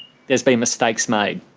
there's been mistakes made.